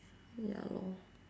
ya lor